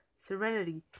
Serenity